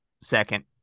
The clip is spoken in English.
second